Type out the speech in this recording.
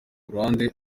ruhande